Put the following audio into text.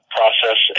process